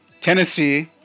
Tennessee